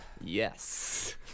Yes